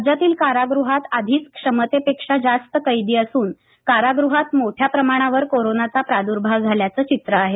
राज्यातील कारागृहात आधीच क्षमतेपेक्षा जास्त कैदी असून कारागृहात मोठ्या प्रमाणावर कोरोनाचा प्रादुर्भाव झाल्याचं चित्र आहे